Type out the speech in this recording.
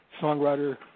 songwriter